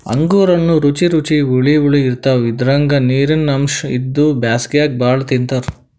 ಅಂಗೂರ್ ಹಣ್ಣ್ ರುಚಿ ರುಚಿ ಹುಳಿ ಹುಳಿ ಇರ್ತವ್ ಇದ್ರಾಗ್ ನೀರಿನ್ ಅಂಶ್ ಇದ್ದು ಬ್ಯಾಸ್ಗ್ಯಾಗ್ ಭಾಳ್ ತಿಂತಾರ್